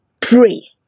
pray